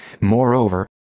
Moreover